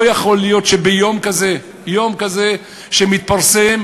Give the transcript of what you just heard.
לא יכול להיות שביום כזה, יום כזה שבו מתפרסם